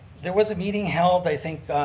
there was a meeting held, i think,